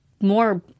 more